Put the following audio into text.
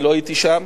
אני לא הייתי שם.